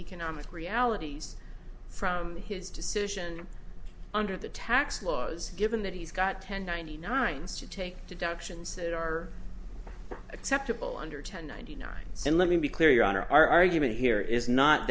economic realities from his decision under the tax laws given that he's got ten ninety nine stew take down actions that are acceptable under ten ninety nine and let me be clear your honor our argument here is not